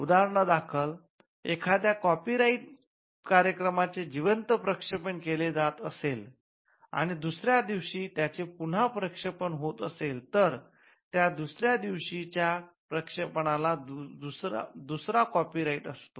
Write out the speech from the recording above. उदाहरणादाखल एखाद्या कॉपीराइट कार्यक्रमाचे जिवंत प्रक्षेपणात केले जात असेल आणि दुसर्याच दिवशी त्याचे पुन्हा प्रक्षेपण होते असेल तर त्या दुसऱ्या दिवशी च्या प्रेक्षेपणाला दुसरा कॉपी राईट असतो